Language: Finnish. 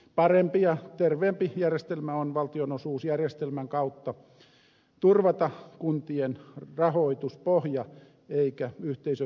parempi ja terveempi järjestelmä on valtionosuusjärjestelmän kautta turvata kuntien rahoituspohja eikä yhteisöveron kautta